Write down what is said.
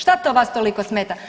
Šta to vas toliko smeta?